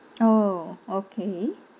oh okay